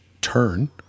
turn